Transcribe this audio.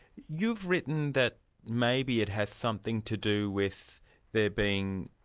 you've written that maybe it has something to do with there being,